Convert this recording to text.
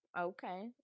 Okay